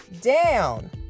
down